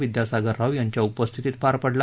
विद्यासागर राव यांच्या उपस्थितीत पार पडला